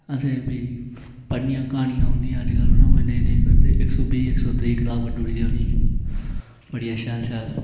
असें फ्ही पढ़नियां क्हानियां उदियां नेईं नेईं करदे इक सौ बीह् इक सौ त्रीह् कताब कड्ढी ओड़ी दी होनी उनें अपनी बड़ी शैल शैल